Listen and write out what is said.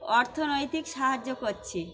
অর্থনৈতিক সাহায্য করছি